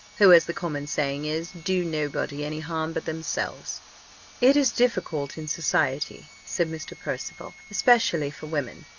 who, as the common saying is, do nobody any harm but themselves it is difficult in society, said mr. percival, especially for women,